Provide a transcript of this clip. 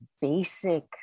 basic